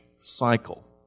cycle